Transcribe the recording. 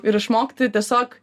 ir išmokti tiesiog